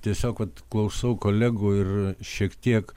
tiesiog klausau kolegų ir šiek tiek